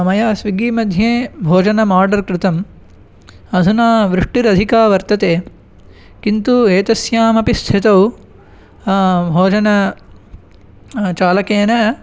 मया स्विग्गीमध्ये भोजनम् आर्डर् कृतम् अधुना वृष्टिरधिका वर्तते किन्तु एतस्यामपि स्थितौ भोजन चालकेन